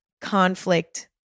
conflict